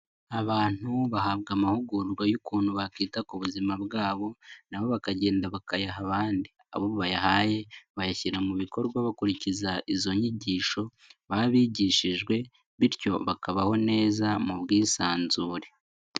Abantu bahabwa amahugurwa y'ukuntu bakita ku buzima bwabo nabo bakagenda bakayaha abandi, abo bayahaye bayashyira mu bikorwa bakurikiza izo nyigisho baba bigishijwe bityo bakabaho neza mu bwisanzure.